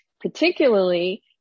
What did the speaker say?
particularly